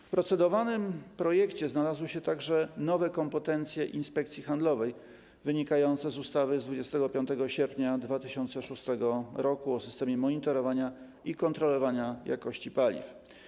W procedowanym projekcie znalazły się także nowe kompetencje Inspekcji Handlowej wynikające z ustawy z 25 sierpnia 2006 r. o systemie monitorowania i kontrolowania jakości paliw.